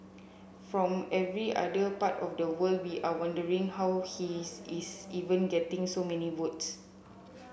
from every other part of the world we are wondering how he is is even getting so many votes